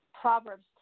Proverbs